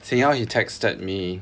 seng ho he texted me